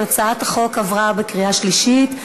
הצעת החוק עברה בקריאה שלישית,